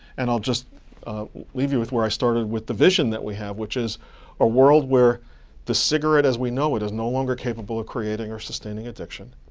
and i'll just leave you with where i started with the vision that we have, which is a world where the cigarette as we know it is no longer capable of creating or sustaining addiction,